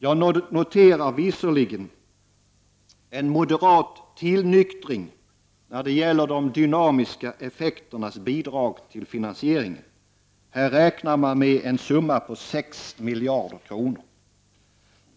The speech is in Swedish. Jag noterar visserligen en moderat tillnyktring när det gäller de dynamiska effekternas bidrag till finansieringen. Här räknar man med en summa på 6 miljarder kronor.